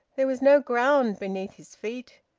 there was no ground beneath his feet.